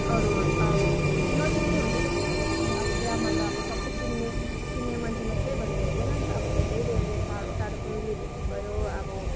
अरूहरू अब कोही नचिन्ने हुन्छ नि त बुफे सिस्टममा बिहामा अब सबै चिन्ने मान्छे मात्रै भन्ने पनि हुँदैन धेरै धेरै टाढो टाढको रिलेटिभ्स भयो अब